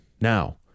Now